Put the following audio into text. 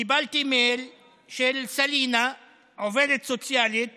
קיבלתי מייל מסלינה, עובדת סוציאלית